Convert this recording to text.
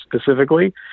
specifically